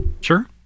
Sure